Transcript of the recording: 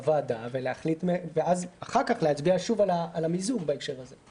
בוועדה, ואחר כך להצביע שוב על המיזוג בהקשר הזה.